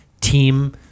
team